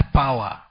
power